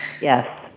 Yes